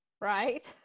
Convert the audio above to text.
right